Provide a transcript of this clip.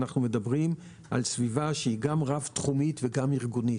אנחנו מדברים על סביבה שהיא גם רב תחומית וגם ארגונית.